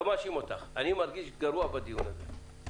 אני מרגיש גרוע בדיון הזה.